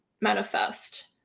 manifest